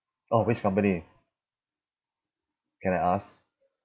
oh which company can I ask